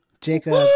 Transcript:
Jacob